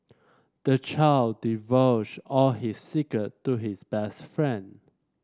the child divulged all his secret to his best friend